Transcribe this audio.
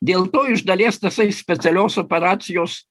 dėl to iš dalies tasai specialios operacijos